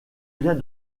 viens